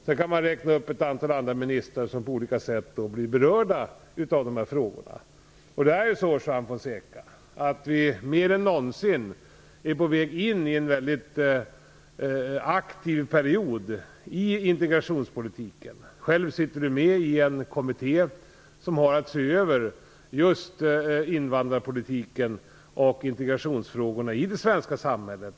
Jag kan räkna upp ett antal ministrar som på olika sätt blir berörda av de här frågorna. Det är så, Juan Fonseca, att vi mer än någonsin är på väg in i en väldigt aktiv period i integrationspolitiken. Själv sitter Juan Fonseca med i en kommitté som har att se över just invandrarpolitiken och integrationsfrågorna i det svenska samhället.